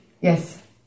yes